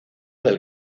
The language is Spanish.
del